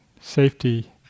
safety